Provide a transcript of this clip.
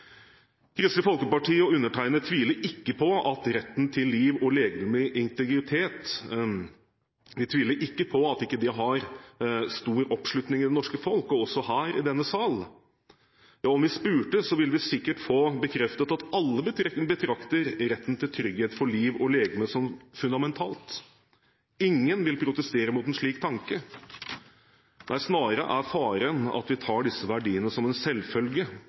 Kristelig Folkeparti og undertegnede tviler ikke på at retten til liv og legemlig integritet har stor oppslutning i det norske folk og også her i denne sal. Om vi spurte, ville vi sikkert få bekreftet at alle betrakter retten til trygghet for liv og legeme som fundamentalt. Ingen vil protestere mot en slik tanke, der snarere faren er at vi tar disse verdiene som en selvfølge,